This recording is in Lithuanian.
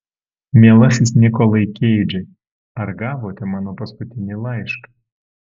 mielasis nikolai keidžai ar gavote mano paskutinį laišką